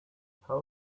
how